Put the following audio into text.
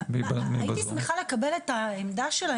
הייתי שמחה לקבל את העמדה שלה,